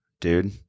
dude